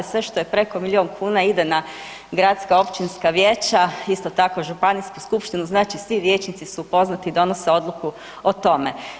Sve što je preko milijun kuna ide na gradska, općinska vijeća isto tako županijsku skupštinu, znači svi vijećnici su upoznati i donose odluku o tome.